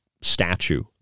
statue